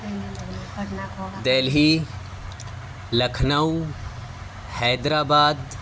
دلہی لکھنؤ حیدر آباد